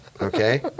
Okay